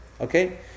Okay